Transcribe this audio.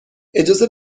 اجازه